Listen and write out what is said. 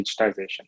digitization